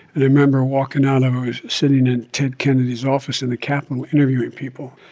and i remember walking out. i was sitting in ted kennedy's office in the capitol interviewing people.